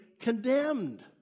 condemned